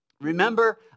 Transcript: remember